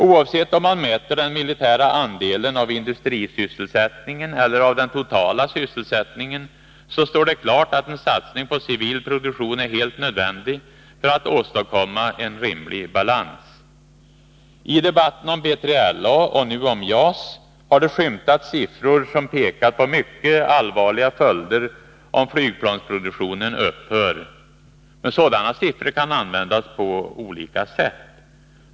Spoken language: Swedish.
Oavsett om man mäter den militära andelen av industrisysselsättningen eller av den totala sysselsättningen står det klart att en satsning på civil produktion är helt nödvändig för att man skall kunna åstadkomma en rimlig balans. I debatten om B3LA och nu om JAS har det skymtat siffror som pekat på mycket allvarliga följder om flygplansproduktionen upphör. Sådana siffror kan användas på olika sätt.